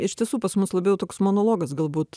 iš tiesų pas mus labiau toks monologas galbūt